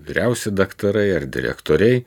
vyriausi daktarai ar direktoriai